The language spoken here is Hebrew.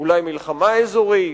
אולי מלחמה אזורית.